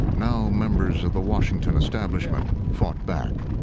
now members of the washington establishment, fought back.